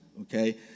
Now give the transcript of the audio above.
okay